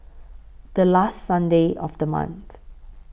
The last Sunday of The month